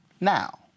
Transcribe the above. now